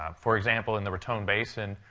um for example, in the raton basin,